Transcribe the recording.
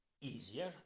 easier